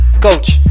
Coach